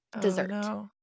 dessert